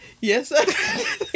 Yes